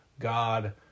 God